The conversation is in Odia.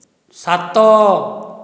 ସାତ